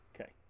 Okay